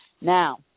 Now